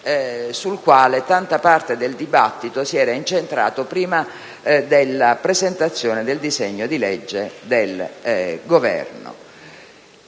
sul quale tanta parte del dibattito si era incentrata, prima della presentazione del disegno di legge del Governo.